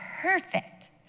perfect